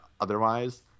otherwise